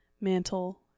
mantle